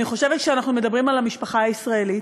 אני חושבת שכשאנחנו מדברים על המשפחה הישראלית,